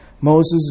Moses